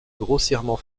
grossièrement